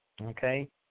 Okay